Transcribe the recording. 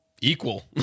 Equal